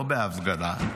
לא בהפגנה,